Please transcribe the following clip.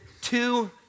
two